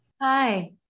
Hi